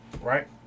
right